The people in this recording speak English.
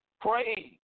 Pray